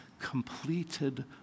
completed